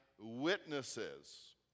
witnesses